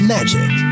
Magic